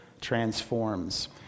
Transforms